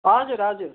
हजुर हजुर